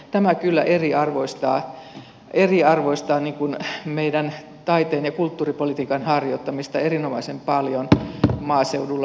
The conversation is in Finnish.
tämä kyllä eriarvoistaa meidän taiteen ja kulttuuripolitiikan harjoittamista erinomaisen paljon maaseudulla myös